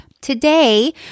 Today